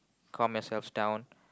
calm yourselves down